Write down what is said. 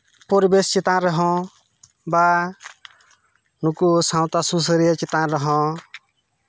ᱯᱚᱨᱤᱵᱮᱥ ᱪᱮᱛᱟᱱ ᱨᱮᱦᱚᱸ ᱵᱟ ᱱᱩᱠᱩ ᱥᱟᱶᱛᱟ ᱥᱩᱥᱟᱹᱨᱤᱭᱟᱹ ᱪᱮᱛᱟᱱ ᱨᱮᱦᱚᱸ